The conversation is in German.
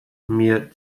mir